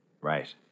Right